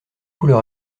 couleur